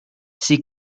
sie